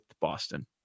Boston